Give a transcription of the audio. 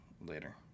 Later